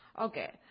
Okay